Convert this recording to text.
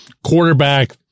quarterback